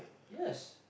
yes